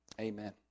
amen